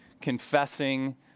confessing